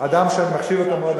אדם שאני מחשיב אותו מאוד.